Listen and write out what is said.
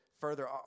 further